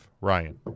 Ryan